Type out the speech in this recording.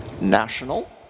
national